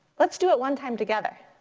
let's do it one time together.